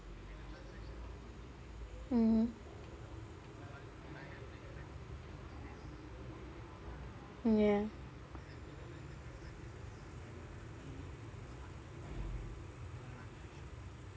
mmhmm mm ya